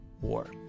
war